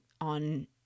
on